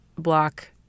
block